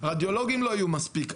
לא יהיו מספיק רדיולוגים.